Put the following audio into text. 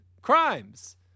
crimes